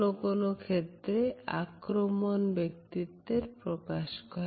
কোন কোন ক্ষেত্রে আক্রমণ ব্যক্তিত্বে প্রকাশ করে